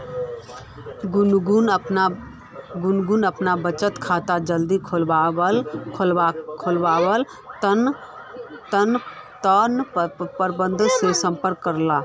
गुनगुन अपना बचत खाता जल्दी खोलवार तने प्रबंधक से संपर्क करले